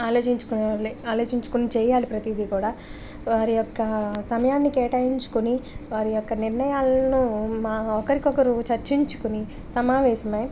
ఆలోచించుకోవాలి ఆలోచించుకుని చేయాలి ప్రతిదీ కూడా వారి యొక్క సమయాన్ని కేటాయించుకుని వారి యొక్క నిర్ణయాలను మా ఒకరికొకరు చర్చించుకుని సమావేశమై